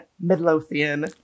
Midlothian